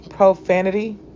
Profanity